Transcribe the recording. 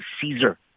Caesar